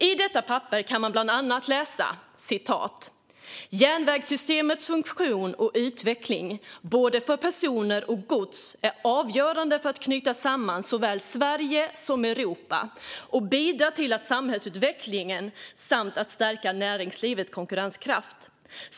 På detta papper kan man bland annat läsa: Järnvägssystemets funktion och utveckling, både för personer och gods, är avgörande för att knyta samman såväl Sverige som Europa och bidrar till samhällsutveckling samt att stärka näringslivets konkurrenskraft.